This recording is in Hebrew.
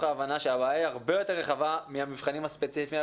ההבנה שהבעיה הרבה יותר רחבה מהמבחנים הספציפיים,